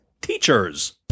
teachers